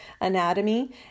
anatomy